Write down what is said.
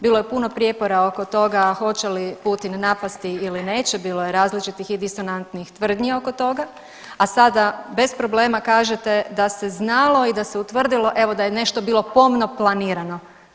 Bilo je puno prijepora oko toga hoće li Putin napasti ili neće, bilo je različitih i disonantnih tvrdnji oko toga, a sada bez problema kažete da se znalo i da se utvrdilo evo da je nešto bilo pomno planirano.